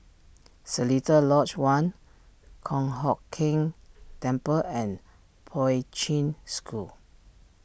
Seletar Lodge one Kong Hock Keng Temple and Poi Ching School